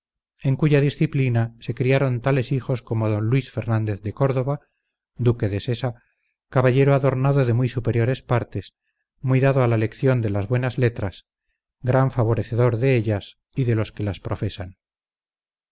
en cuya disciplina se criaron tales hijos como d luis fernández de córdoba duque de sesa caballero adornado de muy superiores partes muy dado a la lección de las buenas letras gran favorecedor de ellas y de los que las profesan